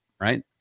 right